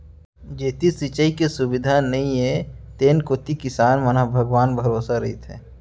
जेती सिंचाई के सुबिधा नइये तेन कोती किसान मन ह भगवान भरोसा रइथें